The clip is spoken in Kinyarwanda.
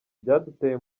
byaduteye